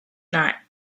night